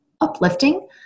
uplifting